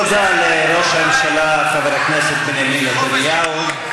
תודה רבה לראש הממשלה חבר הכנסת בנימין נתניהו.